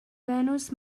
venus